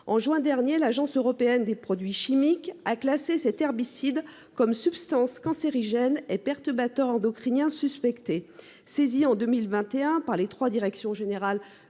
en juin dernier, l'Agence européenne des produits chimiques, a classé cet herbicide comme substance cancérigène et perturbateurs endocriniens suspectés saisi en 2021 par les trois direction générale